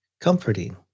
comforting